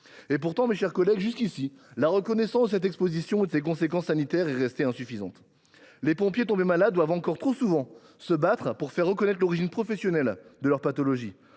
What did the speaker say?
Pourtant, jusqu’à présent, la reconnaissance de cette exposition et de ses conséquences sanitaires est restée insuffisante. Les pompiers tombés malades doivent encore trop souvent se battre pour faire reconnaître l’origine professionnelle de leur pathologie